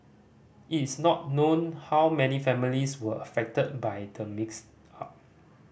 it is not known how many families were affected by the mix up